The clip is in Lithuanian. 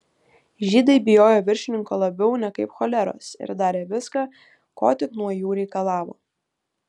žydai bijojo viršininko labiau nekaip choleros ir darė viską ko tik nuo jų reikalavo